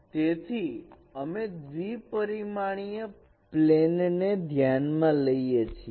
તેથી અમે દ્વિપરિમાણીય પ્લેન ને ધ્યાન માં લઈએ છીએ